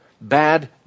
bad